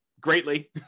greatly